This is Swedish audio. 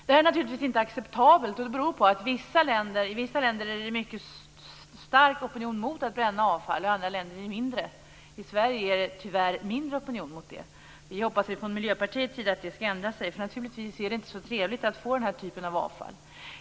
Det här är naturligtvis inte acceptabelt, och det beror på att det i vissa länder finns en mycket stark opinion mot att bränna avfall, men i andra länder är den mindre stark. I Sverige är det tyvärr mindre opinion mot detta. Vi hoppas ju från Miljöpartiets sida att det skall ändra sig, för det är naturligtvis inte så trevligt att få den här typen av avfall.